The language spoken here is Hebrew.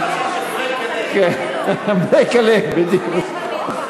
break a leg, בדיוק.